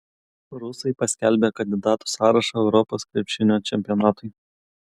rusai paskelbė kandidatų sąrašą europos krepšinio čempionatui